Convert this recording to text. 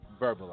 verbalize